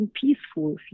peaceful